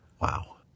Wow